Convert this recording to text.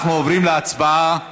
אנחנו עוברים להצבעה על